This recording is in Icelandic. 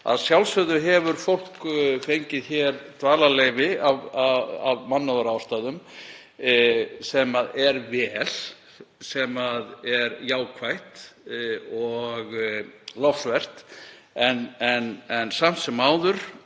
Að sjálfsögðu hefur fólk fengið hér dvalarleyfi af mannúðarástæðum sem er vel, sem er jákvætt og lofsvert, en samt sem áður,